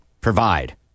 provide